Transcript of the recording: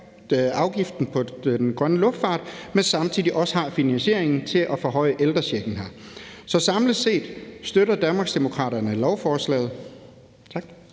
afgiften på den grønne luftfart, men samtidig også, hvor vi finder finansieringen til at forhøje ældrechecken. Samlet set støtter